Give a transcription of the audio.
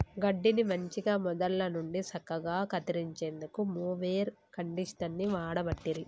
గడ్డిని మంచిగ మొదళ్ళ నుండి సక్కగా కత్తిరించేందుకు మొవెర్ కండీషనర్ని వాడబట్టిరి